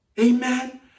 Amen